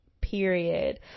period